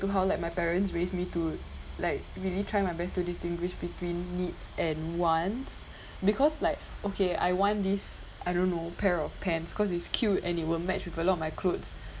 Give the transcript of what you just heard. to how like my parents raised me to like really tried my best to distinguish between needs and wants because like okay I want this I don't know pair of pants cause it's cute and it would match with a lot of my clothes